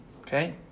Okay